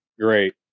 great